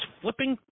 flipping